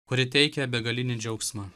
kuri teikia begalinį džiaugsmą